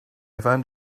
found